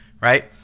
right